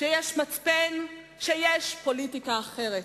שיש מצפן, שיש פוליטיקה אחרת.